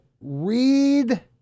Read